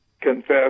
confess